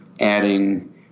adding